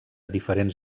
diferents